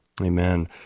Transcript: Amen